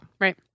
Right